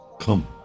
Come